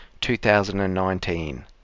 2019